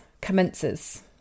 commences